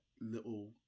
little